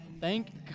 Thank